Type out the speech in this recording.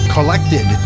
Collected